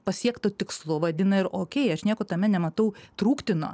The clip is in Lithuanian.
pasiektu tikslu vadina ir okei aš nieko tame nematau trūktino